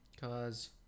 cause